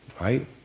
Right